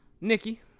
Nikki